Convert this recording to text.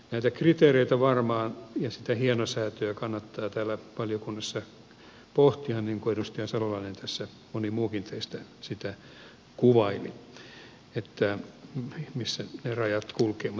näitä kriteereitä ja sitä hienosäätöä varmaan kannattaa täällä valiokunnassa pohtia niin kuin edustaja salonen ja moni muukin teistä tässä sitä kuvaili missä ne rajat kulkevat